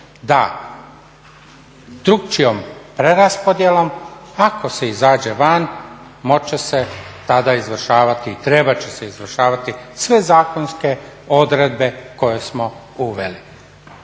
da drukčijom preraspodjelom ako se izađe van moći će se tada izvršavati i trebat će se izvršavati sve zakonske odredbe koje smo uveli.